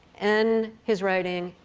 and his writing,